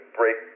break –